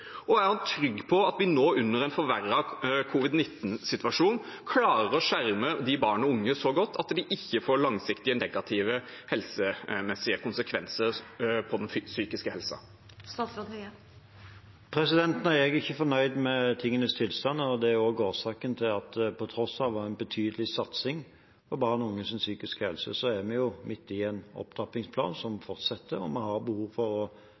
og er han trygg på at vi nå, under en forverret covid-19-situasjon, klarer å skjerme barn og unge så godt at det ikke får langsiktige konsekvenser for den psykiske helsen? Nei, jeg er ikke fornøyd med tingenes tilstand, og det er også årsaken til at vi på tross av en betydelig satsing på barn og unges psykiske helse er midt i en opptrappingsplan som fortsetter, og vi har behov for å